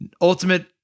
Ultimate